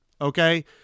Okay